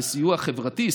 סיוע חברתי,